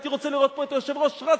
הייתי רוצה לראות פה את היושב-ראש רץ